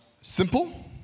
simple